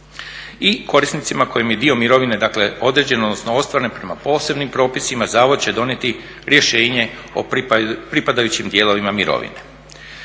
i korisnicima kojima je dio mirovine dakle određen odnosno ostvaren prema posebnim propisima, zavod će donijeti rješenje o pripadajućim dijelovima mirovine.